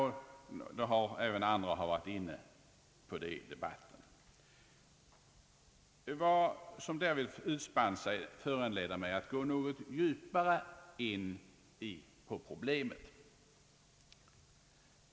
Även andra talare har varit inne på detta spörsmål i debatten. Vad som därvid utspann sig föranleder mig att gå något djupare in på problemet.